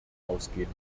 ausgehen